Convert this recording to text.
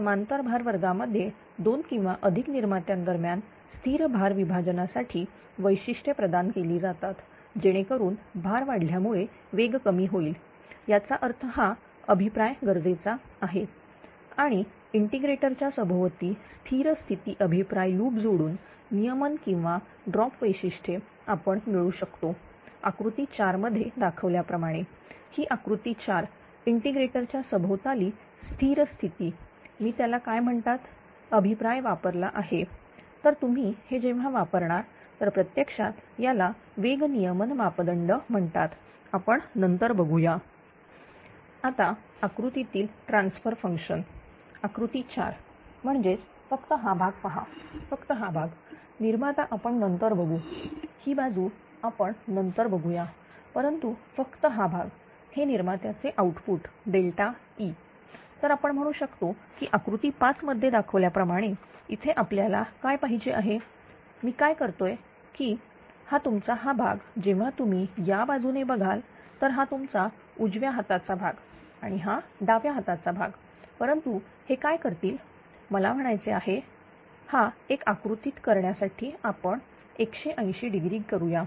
तर समांतर भार वर्गांमध्ये दोन किंवा अधिक निर्मात्यां दरम्यान स्थिर भार विभाजनासाठी वैशिष्ट्ये प्रदान केली जातात जेणेकरून भार वाढल्यामुळे वेग कमी होईल याचा अर्थ हा अभिप्राय गरजेचा आहे आणि इंटीग्रेटर च्या सभोवती स्थिर स्थिती अभिप्राय लूप जोडून नियमन किंवा ड्रॉप वैशिष्ट्ये आपण मिळू शकतो आकृती 4 मधील दाखवल्याप्रमाणे ही आकृती 4 इंटीग्रेटर च्या सभोवताली स्थिर स्थिती तुम्ही त्याला काय म्हणतात अभिप्राय वापरला आहे तर तुम्ही हे जेव्हा वापरणार तर प्रत्यक्षात याला वेग नियमन मापदंड म्हणतात आपण नंतर बघू या आता आकृतीतील ट्रान्सफर फंक्शन आकृती 4 म्हणजेच फक्त हा भाग पहा फक्त हा भाग निर्माता आपण नंतर बघू ही बाजू आपण नंतर बघू या परंतु फक्त हा भाग हे निर्मात्याचे आउटपुट E तर आपण म्हणू शकतो की आकृती 5 मध्ये दाखवल्याप्रमाणे इथे आपल्याला काय पाहिजे आहे मी काय करतोय की हा तुमचा हा भाग जेव्हा तुम्ही या बाजुने बघाल तर हा तुमचा उजव्या हाताचा भाग आणि हा डाव्या हाताचा भाग परंतु हे काय करतील मला म्हणायचे आहे हा एक आकृतीत करण्यासाठी आपण180 डिग्री करूया